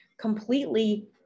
completely